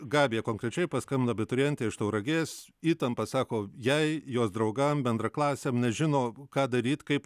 gabija konkrečiai paskambino abiturientė iš tauragės įtampa sako jei jos draugam bendraklasiam nežino ką daryt kaip